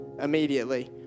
immediately